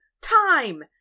time